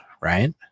right